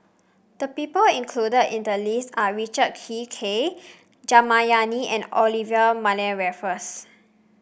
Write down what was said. the people included in the list are Richard Kee K Jayamani and Olivia Mariamne Raffles